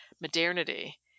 modernity